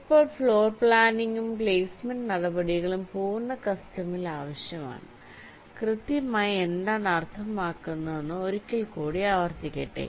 ഇപ്പോൾ ഫ്ലോർ പ്ലാനിംഗും പ്ലേസ്മെന്റ് നടപടികളും പൂർണ്ണ കസ്റ്റമിൽ ആവശ്യമാണ് കൃത്യമായി എന്താണ് അർത്ഥമാക്കുന്നത് എന്ന് ഒരിക്കൽ കൂടി ആവർത്തിക്കട്ടെ